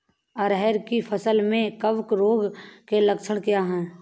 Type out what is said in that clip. अरहर की फसल में कवक रोग के लक्षण क्या है?